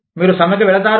మీరు సమ్మెకు వెళతారు